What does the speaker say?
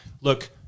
Look